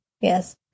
Yes